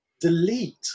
delete